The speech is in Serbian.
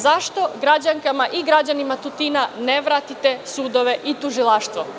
Zašto građankama i građanima Tutina ne vratite sudove i tužilaštvo?